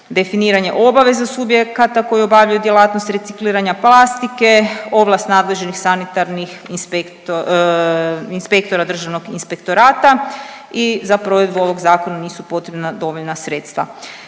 definiranje obaveza subjekata koji obavljaju djelatnost recikliranja plastike, ovlast nadležnih sanitarnih inspekto…, inspektora Državnog inspektora i za provedbu ovog zakona nisu potrebna dovoljna sredstva.